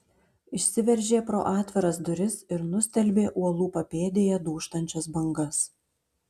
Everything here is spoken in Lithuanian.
išsiveržė pro atviras duris ir nustelbė uolų papėdėje dūžtančias bangas